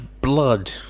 blood